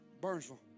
Burnsville